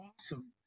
awesome